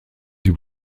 sie